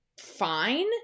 fine